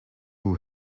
who